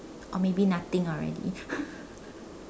or maybe nothing already